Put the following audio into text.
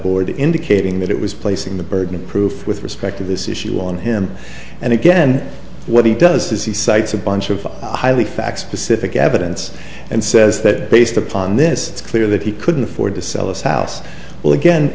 board indicating that it was placing the burden of proof with respect to this issue on him and again what he does is he cites a bunch of highly facts pacific evidence and says that based upon this is clear that he couldn't afford to sell his house well again